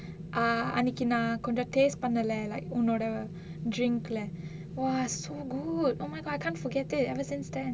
ah அன்னிக்கு நான் கொஞ்ச:annikku naan konja case பண்ணல:pannala like உன்னோட:unnoda drink leh !wah! so good oh my god I can't forget it since then